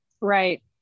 Right